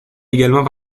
également